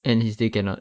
and he still cannot